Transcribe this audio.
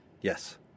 Yes